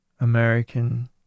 American